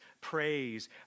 praise